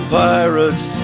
pirates